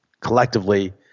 collectively